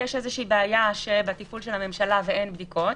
אבל גם אנחנו אומרים שיש בעיה בתפעול הממשלה ואין בדיקות,